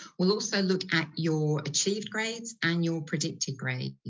we'll also look at your achieved grades, and your predicted grades.